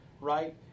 right